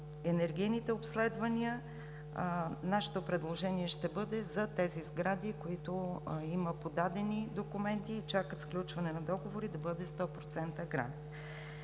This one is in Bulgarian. енергийните обследвания, нашето предложение ще бъде за сградите, за които има подадени документи и чакат сключване на договори, да бъде 100% грант.